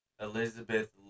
Elizabeth